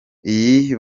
iyi